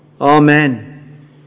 Amen